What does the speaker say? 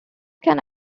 can